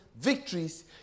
victories